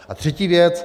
A třetí věc.